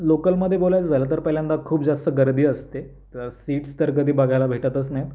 लोकलमध्ये बोलायचं झालं तर पहिल्यांदा खूप जास्त गर्दी असते तर सीट्स तर कधी बघायला भेटतंच नाहीत